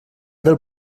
del